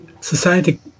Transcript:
society